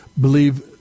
believe